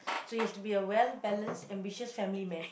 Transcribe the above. so he has to be a well-balanced ambitious family man